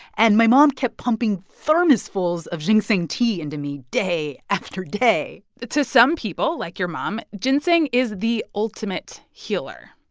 and my mom kept pumping thermos-fulls of ginseng tea into me day after day to some people like your mom ginseng is the ultimate healer.